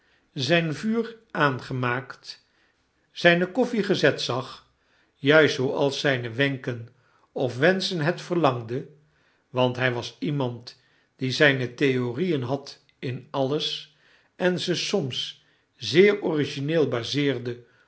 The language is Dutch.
zyn vuur aangemaakt zyne koffie gezet zag juist zooals zyne wenken of wenschen het verlangde want hy was iemand die zyne theorieen had m alles en ze soms zeer origineel baseerde